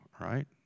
right